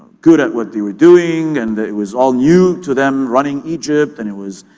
good at what they were doing and it was all new to them, running egypt, and it was